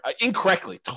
incorrectly